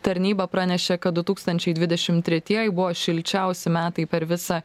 tarnyba pranešė kad du tūkstančiai dvidešimt tretieji buvo šilčiausi metai per visą